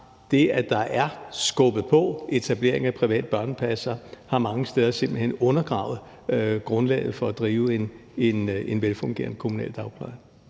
det, at der er skubbet på etableringen af private børnepassere, mange steder simpelt hen undergravet grundlaget for at drive en velfungerende kommunal dagpleje.